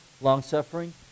long-suffering